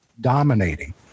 dominating